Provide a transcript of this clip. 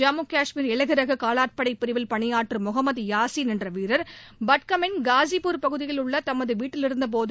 ஜம்மு காஷ்மீர் இலகுரக காலாட்படை பிரிவில் பணியாற்றும் முகமது யாசின் என்ற வீரர் பட்காமின் காஸிப்புர் பகுதியில் உள்ள தமது வீட்டிலிருந்த போது